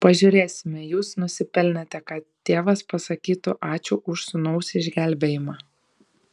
pažiūrėsime jūs nusipelnėte kad tėvas pasakytų ačiū už sūnaus išgelbėjimą